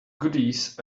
goodies